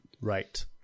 Right